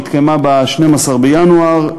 שהתקיימה ב-12 בינואר,